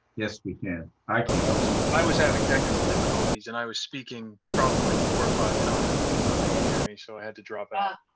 yes, we can. i can. i was i was having technical difficulties, and i was speaking probably four or five times and nobody could hear me, so i had to drop out.